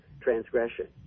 transgression